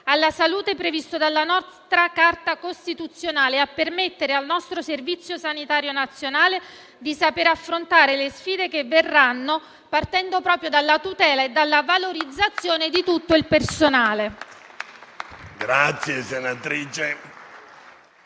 alla salute previsto dalla nostra Carta costituzionale e a permettere al nostro Servizio sanitario nazionale di saper affrontare le sfide che verranno, partendo proprio dalla tutela e dalla valorizzazione di tutto il personale.